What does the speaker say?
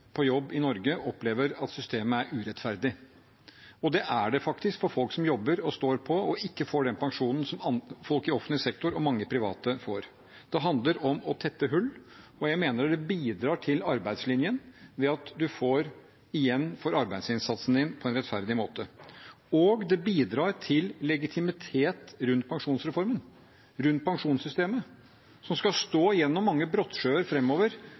på jobb i Norge opplever at systemet er urettferdig, og det er det faktisk for folk som jobber og står på og ikke får den pensjonen som folk i offentlig sektor og mange i det private får. Det handler om å tette hull, og jeg mener at det bidrar til arbeidslinjen ved at man får igjen for arbeidsinnsatsen sin på en rettferdig måte. Og det bidrar til legitimitet rundt pensjonsreformen – rundt pensjonssystemet – som skal stå igjennom mange brottsjøer